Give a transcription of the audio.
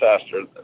faster